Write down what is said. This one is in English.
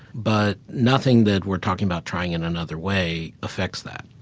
but nothing that we're talking about trying in another way affects that.